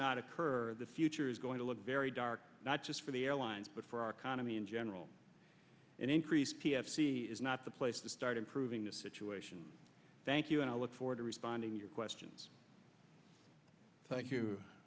not occur the future is going to look very dark not just for the airlines but for our economy in general and increased p f c is not the place to start improving the situation thank you and i look forward to responding your questions